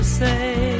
say